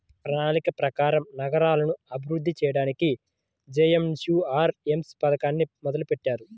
ప్రణాళిక ప్రకారం నగరాలను అభివృద్ధి చెయ్యడానికి జేఎన్ఎన్యూఆర్ఎమ్ పథకాన్ని మొదలుబెట్టారు